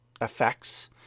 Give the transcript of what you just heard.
effects